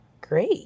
great